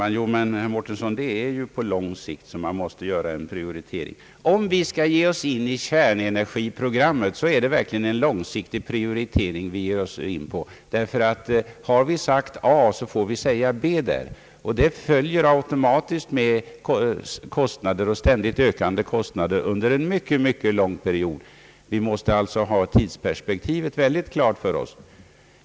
Herr talman! Jo, herr Mårtensson, det är på lång sikt man måste göra en prioritering. Om vi startar ett kärnenergiprogram är det verkligen en långsiktig prioritering vi ger oss in på — har vi sagt A får vi också säga B när det gäller ett sådant program. Det blir automatiskt ständigt stegrade kostnader under en mycket lång period. Vi måste alltså ha tidsperspektivet fullt klart för oss.